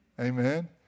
Amen